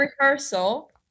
rehearsal